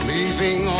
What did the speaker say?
Leaving